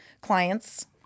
clients